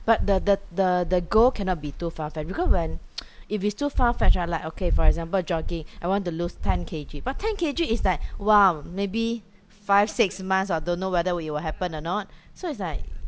but the the the the goal cannot be too far-fetched because when if it's too far-fetched ah like okay for example jogging I want to lose ten K_G but ten K_G is like !wow! maybe five six months or don't know whether it will happen or not so it's like